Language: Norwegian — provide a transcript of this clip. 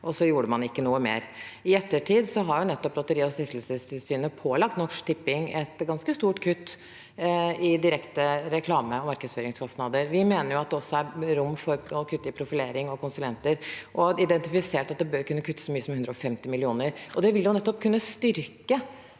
og så gjorde man ikke noe mer. I ettertid har nettopp Lotteri- og stiftelsestilsynet pålagt Norsk Tipping et ganske stort kutt i direkte reklame- og markedsføringskostnader. Vi mener det også er rom for å kutte i profilering og konsulenter og har identifisert at det bør kunne kuttes så mye som 150 mill. kr. Det vil nettopp kunne styrke